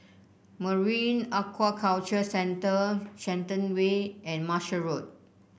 Marine Aquaculture Centre Shenton Way and Marshall Road